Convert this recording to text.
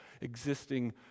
existing